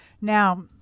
now